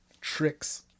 tricks